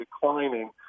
declining